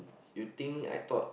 you think I thought